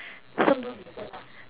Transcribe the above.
some